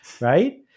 right